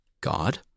God